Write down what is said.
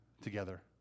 together